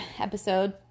episode